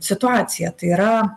situacija tai yra